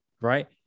right